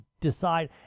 decide